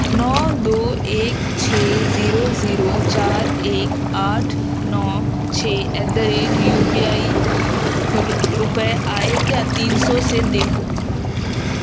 نو دو ایک چھ زیرو زیرو چار ایک آٹھ نو چھ at the rate U P I روپے آئے کیا تین سو سے دیکھو